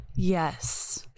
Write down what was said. Yes